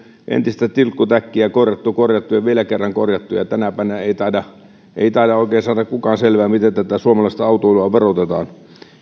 entistä tilkkutäkkiä korjattu korjattu ja vielä kerran korjattu niin tänä päivänä ei taida ei taida oikein kukaan saada selvää miten suomalaista autoilua verotetaan